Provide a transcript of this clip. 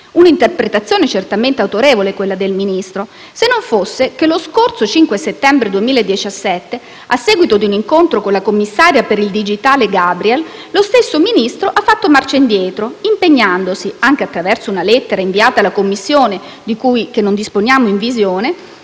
Una interpretazione certamente autorevole quella del Ministro, se non fosse che lo scorso 5 settembre 2017, a seguito di un incontro con la commissaria per il digitale Gabriel, lo stesso Ministro ha fatto marcia indietro, impegnandosi (anche attraverso una lettera inviata alla Commissione, che non disponiamo in visione)